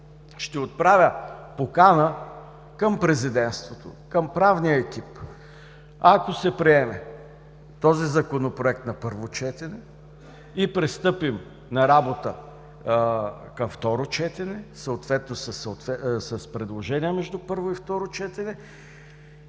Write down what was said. ще отправя покана към президентството, към правния екип, ако се приеме този Законопроект на първо четене и пристъпим на работа към второ четене, съответно с предложения между първо и второ четене,